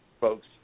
folks